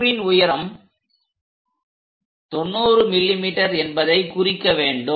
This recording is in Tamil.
கூம்பின் உயரம் 90 mm என்பதைக் குறிக்க வேண்டும்